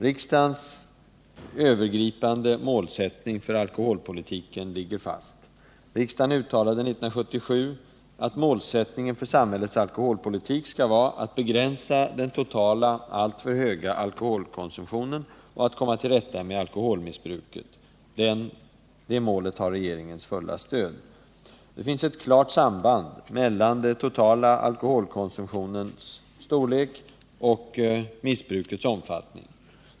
Riksdagens övergripande målsättning för alkoholpolitiken ligger fast. Riksdagens uttalande 1977 att ”målsättningen för samhällets alkoholpolitik skall vara att begränsa den totala alltför höga alkoholkonsumtionen och att komma till rätta med alkoholmissbruket” har regeringens fulla stöd. Det finns ett klart samband mellan den totala alkoholkonsumtionens storlek och missbrukets omfattning.